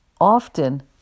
Often